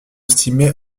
estimées